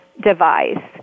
device